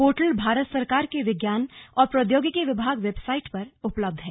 portal Bharat सरकार के विज्ञान और प्रोद्योगिकी विभाग वेबसाइट पर उपलब्ध है